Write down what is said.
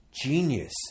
genius